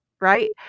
right